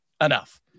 enough